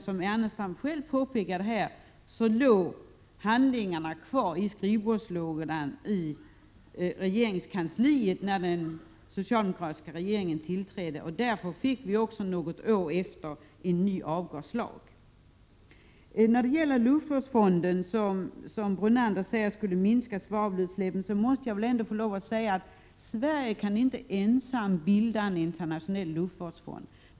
Som Ernestam själv påpekade låg handlingarna kvar i skrivbordslådan i regeringskansliet, när den socialdemokratiska regeringen tillträdde. Därför fick vi också något år efteråt en ny avgaslag. Lennart Brunander talar om att en luftvårdsfond skulle minska svavelutsläppen. Jag menar att Sverige inte ensamt kan bilda en internationell luftvårdsfond.